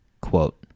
quote